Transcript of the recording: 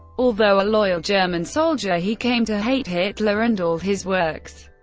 although a loyal german soldier, he came to hate hitler and all his works,